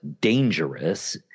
dangerous